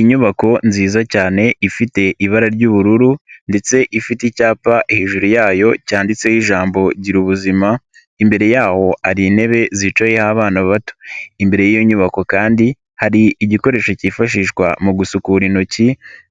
Inyubako nziza cyane ifite ibara ry'ubururu ndetse ifite icyapa hejuru yayo cyanditseho ijambo Girabuzima, imbere yayo hari intebe zicayeho abana bato, imbere y'iyo nyubako kandi hari igikoresho cyifashishwa mu gusukura intoki